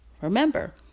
Remember